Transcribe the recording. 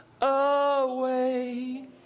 away